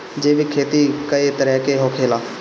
जैविक खेती कए तरह के होखेला?